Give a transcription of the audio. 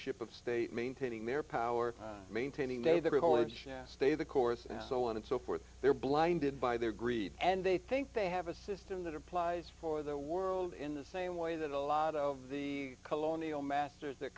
ship of state maintaining their power maintaining a their whole lives stay the course and so on and so forth they're blinded by their greed and they think they have a system that applies for the world in the same way that a lot of the colonial masters th